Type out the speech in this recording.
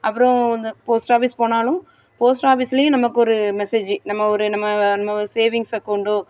அப்புறோம் அந்த post office போனாலும் போஸ்ட் ஆஃபீஸ்லையும் நமக்கு ஒரு மெசேஜு நம்ம ஒரு நம்ம வ நம்ம சேவிங்ஸ் அக்கௌண்டோ